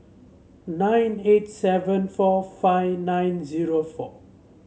nine eight seven four five nine zero four